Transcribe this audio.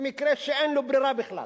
במקרה שאין לו ברירה בכלל.